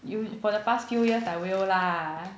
you for the past few years I will lah